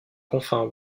confins